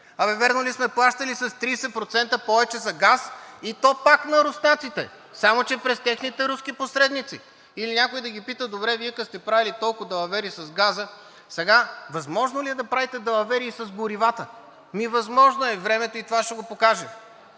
А бе, вярно ли сме плащали с 30% повече за газ, и то пак на руснаците, само че през техните руски посредници?“ Или някой да ги пита: „Добре, Вие като сте правили толкова далавери с газа, сега възможно ли е да правите далавери и с горивата?“ Ами възможно е, времето и това ще го покаже!